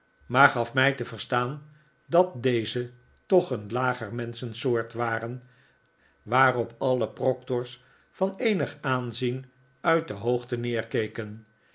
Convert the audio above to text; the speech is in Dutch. maar gaf mij te verstaan dat deze toch een lager menschensoort waren waarop alle proctors van eenig aanzien uit de hoogte neerkeken